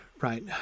Right